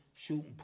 Shooting